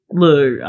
look